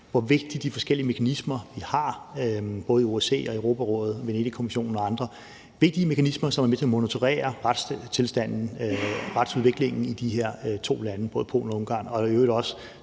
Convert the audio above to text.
hvor vigtige de forskellige mekanismer, vi har, er, både OSCE og Europarådet, Venedigkommissionen og andre vigtige mekanismer, som er med til at monitorere retstilstanden, retsudviklingen i de her to lande, både Polen og Ungarn, og det er i øvrigt også